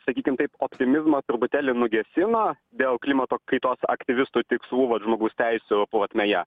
sakykim taip optimizmą truputėlį nugesino dėl klimato kaitos aktyvistų tikslų vat žmogaus teisių plotmėje